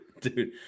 dude